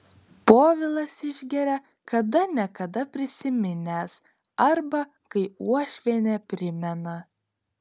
povilas išgeria kada ne kada prisiminęs arba kai uošvienė primena